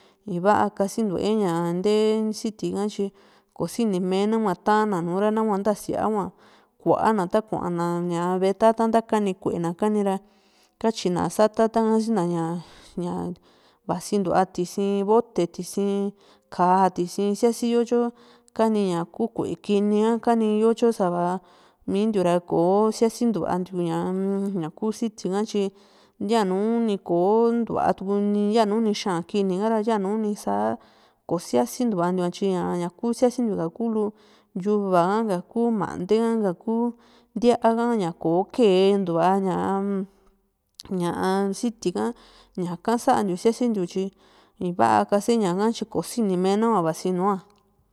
ni va´a kasintua nte siti ka tyi kosini menahua ta´na nùù ra nahua, nta síaa hua ta kua´na takuana ve´e ta´tan ta kanu kuee na ta kani ra, katyi na satata´n ha sina ña vasintua tisi vote, tisi káa síasiyo tyo kani ña ku kue kini´a kani yo tyo sava mintiuu ra kóo siasintua ntiu ña uu siti ka tyi yanu ni kóo ntua tu yanu ni xa´an kini kara yanu nisa kóo siasintua ntiua tyi ñaku siasintiu kuu lu yuva ha´ka, kuulu mante ha´ka ku ntíaa ña kóo kee ntua ña ñaa siti ka ñaka santiu siasintiu tyi i´vaa kase ñaka tyi kosinee nahua vasi nua.